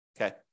okay